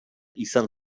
izan